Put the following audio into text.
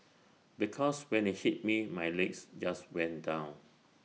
because when IT hit me my legs just went down